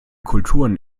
kulturen